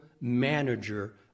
manager